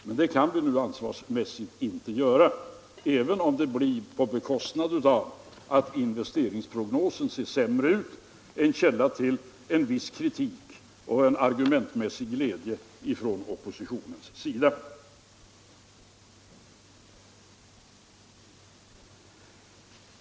Så kan vi ansvarsmässigt inte göra, även om det blir på bekostnad av att investeringsprognosen ser sämre ut — en källa till en viss kritik och en argumentmässig glädje för oppositionen.